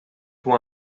com